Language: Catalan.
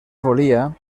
volia